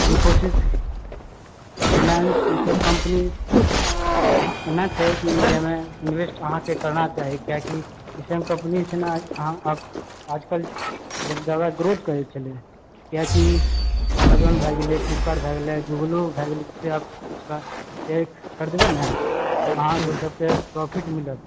इनफ़ोसिस रिलायंस ईसब कम्पनी एना छै की जाहिमे इन्वेस्ट अहाँकेँ करना चाही किआकि ई तेहन कम्पनी छै ने अहाँ आज कल जादा ग्रोथ करैत छलए किआकि अमेजॉन भए गेलै फ़्लिपकार्ट भए गेलै गूगलो भए गेलै ख़रीदबै ने तऽ अहाँकेँ तऽ फेर प्रोफ़िट मिलत